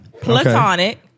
platonic